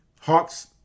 Hawks